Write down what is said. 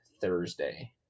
Thursday